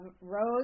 Rose